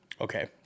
okay